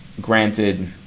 granted